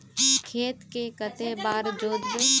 खेत के कते बार जोतबे?